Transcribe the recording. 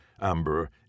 Amber